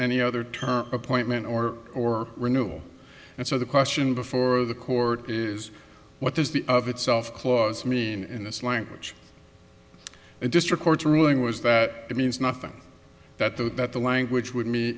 any other term appointment or or renewal and so the question before the court is what does the of itself clause mean in this language district court's ruling was that it means nothing that the that the language would me